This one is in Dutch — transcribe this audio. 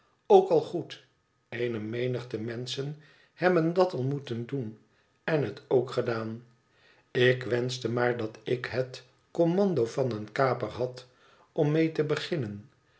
ook al goed eene menigte menschen hebben dat al moeten doen en het ook gedaan ik wenschte maar dat ik het kommando van een kaper had om mee te beginnen